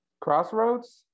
Crossroads